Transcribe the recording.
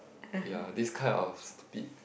ya this kind of stupid